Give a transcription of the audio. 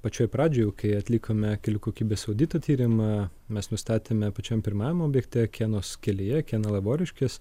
pačioj pradžioj jau kai atlikome kelių kokybės audito tyrimą mes nustatėme pačiam pirmam objekte kenos kelyje kena lavoriškės